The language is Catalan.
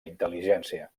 intel·ligència